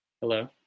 Hello